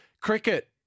Cricket